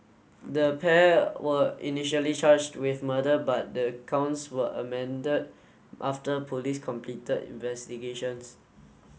the pair were initially charged with murder but the counts were amended after police completed investigations